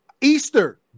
Easter